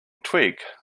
twig